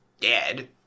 dead